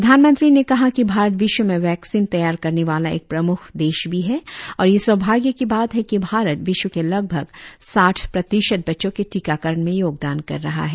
प्रधानमंत्री ने कहा कि भारत विश्व में वैक्सीन तैयार करने वाला एक प्रम्ख देश भी है और यह सौभाग्य की बात है कि भारत विश्व के लगभग साठ प्रतिशत बच्चों के टीकाकरण में योगदान कर रहा है